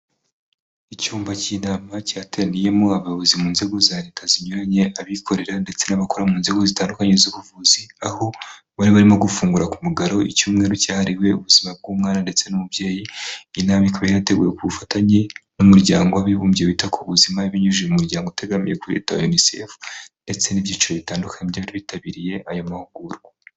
Icyumba cy'inama cyateraniyemo abayobozi mu nzego za leta zinyuranye abikorera ndetse n'abakora mu nzego zitandukanye z'ubuvuzi aho bari barimo gufungura ku mugaragaro icyumweru cyahariwe ubuzima bw'umwana ndetse n'umubyeyi inama ikaba yari yateguwe ku bufatanye n'umuryango w'abibumbye wita ku buzima ibinyujije mu muryango utegamiye kuri leta wa unisefu ndetse n'ibyiciro bitandukanye by'abari bitabiriye ayo mahugurwa.